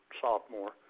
sophomore